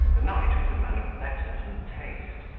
the knight was a man of letters and taste,